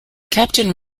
captain